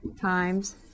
times